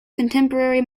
contemporary